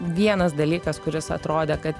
vienas dalykas kuris atrodė kad